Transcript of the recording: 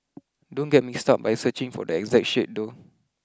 don't get mixed up by searching for the exact shade though